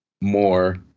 more